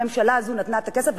הממשלה הזאת נתנה את הכסף,